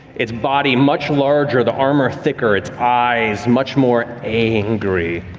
its body much larger, the armor thicker, its eyes much more angry,